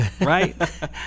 right